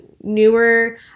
newer